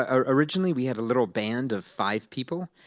ah originally, we had a little band of five people.